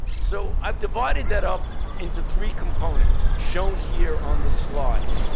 so i've divided that up into three components shown here on this slide.